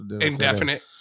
Indefinite